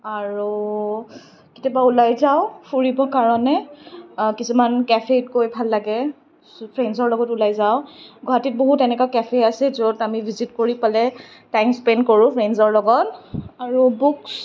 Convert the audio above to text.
আৰু কেতিয়াবা ওলাই যাওঁ ফুৰিব কাৰণে কিছুমান কেফেত গৈ ভাল লাগে ছ' ফ্ৰেণ্ডজৰ লগত ওলাই যাওঁ গুৱাহাটীত বহুত এনেকা কেফে আছে য'ত আমি ভিজিত কৰি পেলে টাইম স্পেণ্ড কৰোঁ ফ্ৰেইণ্ডজৰ লগত আৰু বুকছ